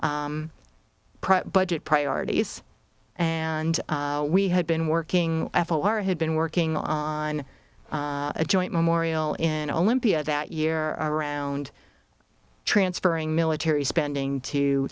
budget priorities and we had been working f o r had been working on a joint memorial in olympia that year around transferring military spending to